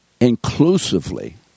inclusively